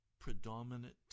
predominant